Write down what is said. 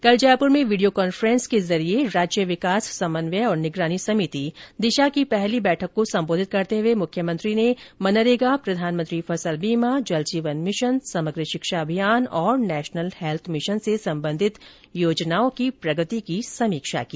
कल जयपुर में video conference के जरिए राज्य विकास समन्वय ओर निगरानी समिति दिशा की पहली बैठक को सम्बोधित करतें हुए मुख्यमंत्री ने मनरेगा प्रधानमंत्री फसल बीमा जल जीवन मिशन समग्र शिक्षा अभियान तथा नेशनल हैत्थ मिशन से सम्बन्धित योजनाओं की प्रगति की समीक्षा की